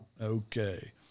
Okay